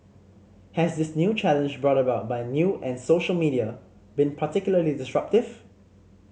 has this new challenge brought about by new and social media been particularly disruptive